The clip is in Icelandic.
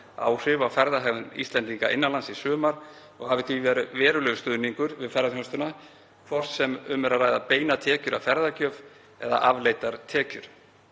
áhrif á ferðahegðun Íslendinga innan lands í sumar og hafi því verið verulegur stuðningur við ferðaþjónustuna hvort sem um er að ræða beinar tekjur af ferðagjöf eða afleiddar tekjur.